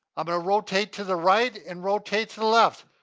but rotate to the right and rotate to the left.